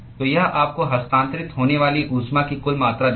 तो यह आपको हस्तांतरित होने वाली ऊष्मा की कुल मात्रा देगा